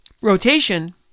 rotation